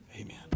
Amen